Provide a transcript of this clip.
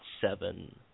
seven